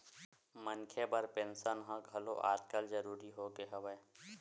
मनखे बर पेंसन ह घलो आजकल जरुरी होगे हवय